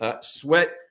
Sweat